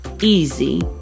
easy